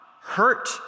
hurt